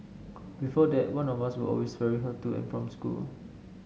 before that one of us would always ferry her to and from school